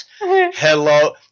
Hello